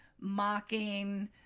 mocking